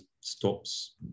stops